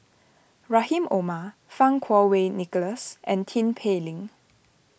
Rahim Omar Fang Kuo Wei Nicholas and Tin Pei Ling